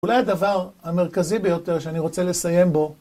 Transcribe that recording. אולי הדבר המרכזי ביותר שאני רוצה לסיים בו..